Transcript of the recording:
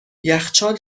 یخچال